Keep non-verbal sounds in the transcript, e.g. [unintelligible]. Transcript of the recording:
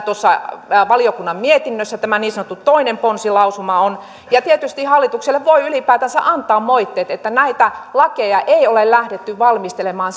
[unintelligible] tuossa valiokunnan mietinnössä tämä niin sanottu toinen ponsilausuma on tietysti hallitukselle voi ylipäätänsä antaa moitteet että näitä lakeja ei ole lähdetty valmistelemaan [unintelligible]